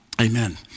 Amen